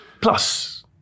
Plus